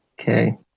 Okay